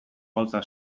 gauza